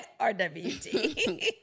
rwt